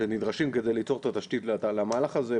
שנדרשים כדי ליצור את התשתית למהלך הזה.